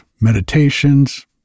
meditations